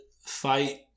fight